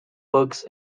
books